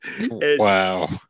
Wow